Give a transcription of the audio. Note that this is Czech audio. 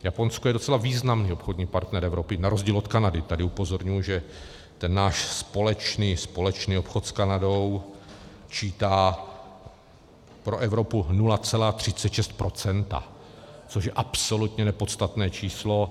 Japonsko je docela významný obchodní partner Evropy na rozdíl od Kanady, tady upozorňuji, že ten náš společný obchod s Kanadou čítá pro Evropu 0,36 procenta, což je absolutně nepodstatné číslo.